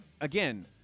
Again